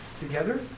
Together